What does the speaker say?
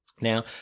now